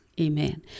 Amen